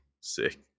sick